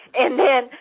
and then,